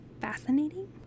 fascinating